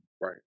Right